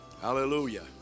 Hallelujah